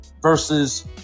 versus